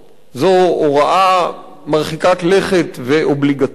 זו הוראה מרחיקת לכת ואובליגטורית.